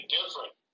different